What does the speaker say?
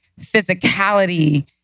physicality